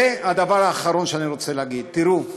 ודבר אחרון שאני רוצה להגיד, אתה רוצה,